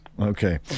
Okay